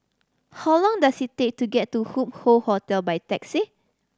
how long does it take to get to Hup Hoe Hotel by taxi